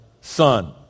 son